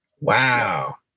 Wow